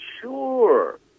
sure